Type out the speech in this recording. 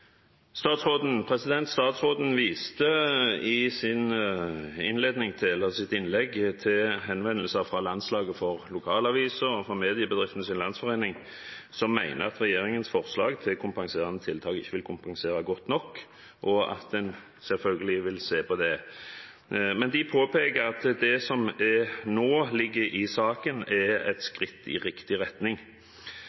Statsråden viste i sitt innlegg til henvendelser fra Landslaget for lokalaviser og Mediebedriftenes Landsforening, som mener at regjeringens forslag til kompenserende tiltak ikke vil kompensere godt nok, og at en selvfølgelig vil se på det. De påpeker at det som nå ligger i saken, er et